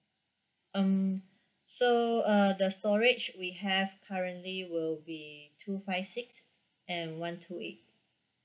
um so uh the storage we have currently will be two five six and one two eight